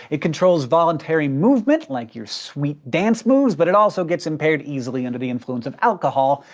it controls voluntary movement like your sweet dance moves, but it also gets impaired easily under the influence of alcohol,